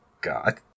god